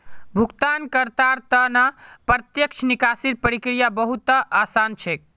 भुगतानकर्तार त न प्रत्यक्ष निकासीर प्रक्रिया बहु त आसान छेक